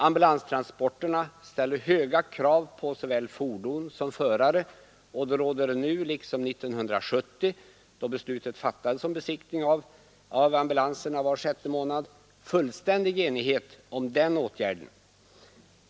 Ambulanstransporterna ställer höga krav på såväl fordon som förare, och det råder nu liksom 1970, då riksdagen fattade beslutet om besiktning av ambulanserna var sjätte månad, fullständig enighet om den föreslagna åtgärden.